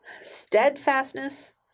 steadfastness